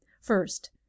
FIRST